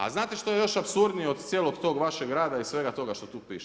A znate što je još apsurdnije od cijelog tog vašeg rada i svega toga što tu piše?